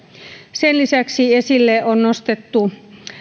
sen lisäksi esille on nostettu